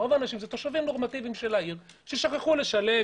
רוב החייבים הם תושבים נורמטיביים של העיר ששכחו לשלם.